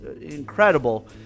incredible